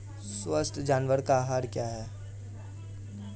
स्वस्थ जानवर का आहार क्या है?